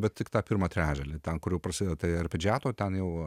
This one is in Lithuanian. bet tik tą pirmą trečdalį ten kur jau prasideda tie arpedžiato ten jau